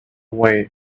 way